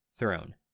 throne